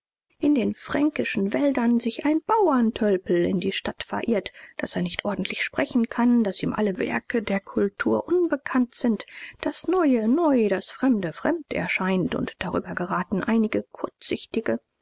in den fränkischen wäldern sich ein bauerntölpel in die stadt verirrt daß er nicht ordentlich sprechen kann daß ihm alle werke der kultur unbekannt sind das neue neu das fremde fremd erscheint und darüber geraten einige kurzsichtige